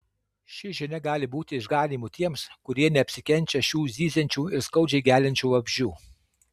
ši žinia gali būti išganymu tiems kurie neapsikenčia šių zyziančių ir skaudžiai geliančių vabzdžių